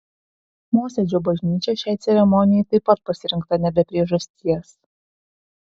mosėdžio bažnyčia šiai ceremonijai taip pat pasirinkta ne be priežasties